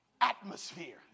atmosphere